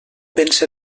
pense